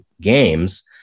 games